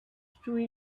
true